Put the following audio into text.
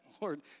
Lord